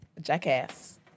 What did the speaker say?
jackass